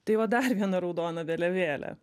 tai va dar viena raudona vėliavėlė